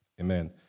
amen